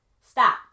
Stop